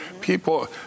people